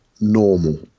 normal